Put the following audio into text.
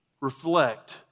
reflect